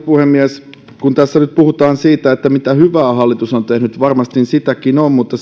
puhemies tässä nyt puhutaan siitä mitä hyvää hallitus on tehnyt ja varmasti sitäkin on mutta